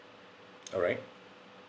alright